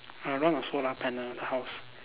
I remember got solar panel in the house